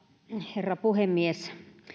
herra puhemies